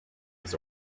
his